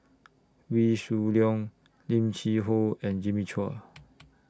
Wee Shoo Leong Lim Cheng Hoe and Jimmy Chua